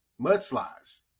Mudslides